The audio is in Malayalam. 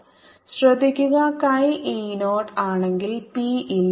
ശ്രദ്ധിക്കുക chi e 0 ആണെങ്കിൽ p ഇല്ല